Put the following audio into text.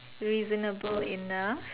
reasonable enough